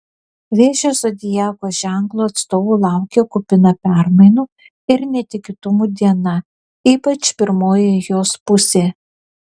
vėžio zodiako ženklo atstovų laukia kupina permainų ir netikėtumų diena ypač pirmoji jos pusė